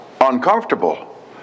uncomfortable